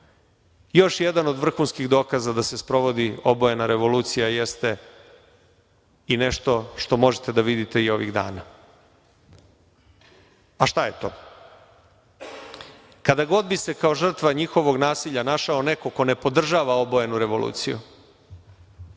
Još jedan od vrhunskih dokaza da se sprovodi obojena revolucija jeste i nešto što možete da vidite i ovih dana. Šta je to? Kada god bi se kao žrtva njihovog nasilja našao neko ko ne podržava obojenu revoluciju,